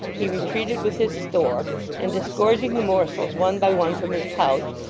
he retreated with his store and disgorging the morsels one by one from his pouch,